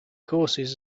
courses